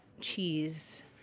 cheese